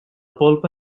polpa